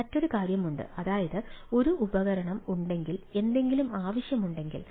മറ്റൊരു കാര്യമുണ്ട് അതായത് ഒരു ഉപകരണം ഉണ്ടെങ്കിൽ എന്തെങ്കിലും ആവശ്യമുണ്ടെങ്കിൽ